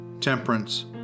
temperance